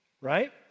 right